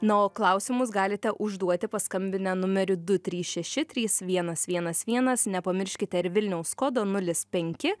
na o klausimus galite užduoti paskambinę numeriu du trys šeši trys vienas vienas vienas nepamirškite ir vilniaus kodo nulis penki